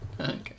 Okay